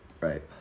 Right